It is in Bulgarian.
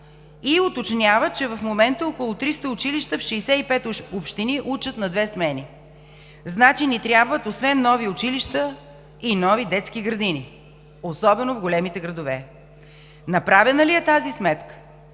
И уточнява, че в момента около 300 училища в 65 общини учат на две смени. Значи освен нови училища ни трябват и нови детски градини, особено в големите градове. Направена ли е тази сметка?